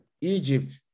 Egypt